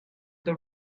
the